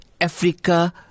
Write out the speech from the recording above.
Africa